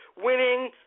winning